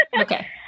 Okay